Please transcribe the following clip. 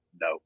no